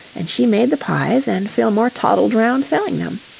and she made the pies and fillmore toddled round selling them.